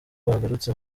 bagarutse